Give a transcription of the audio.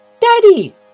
Daddy